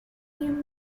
you